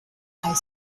high